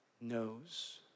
knows